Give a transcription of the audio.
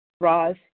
Roz